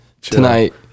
tonight